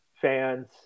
fans